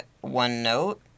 one-note